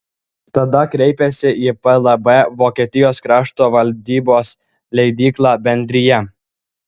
tada kreipėsi į plb vokietijos krašto valdybos leidyklą bendrija